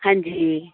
हां जी